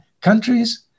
countries